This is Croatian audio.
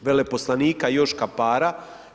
veleposlanika Joška Para